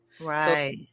right